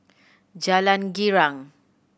Jalan Girang